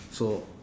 so